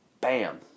bam